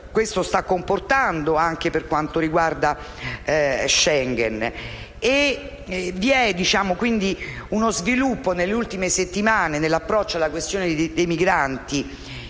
questo stia comportando, anche per quanto riguarda Schengen. Vi è quindi uno sviluppo nelle ultime settimane, nell'approccio alla questione dei migranti